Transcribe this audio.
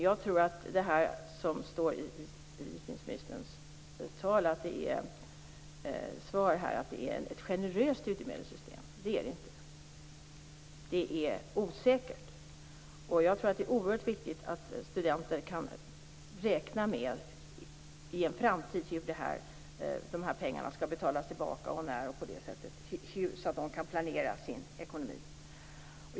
I utbildningsministerns svar står att studiemedelssystemet är generöst. Det är det inte. Det är osäkert. Jag tror att det är oerhört viktigt att studenter i en framtid kan räkna ut hur och när de här pengarna skall betalas tillbaka så att de kan planera sin ekonomi.